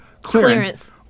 clearance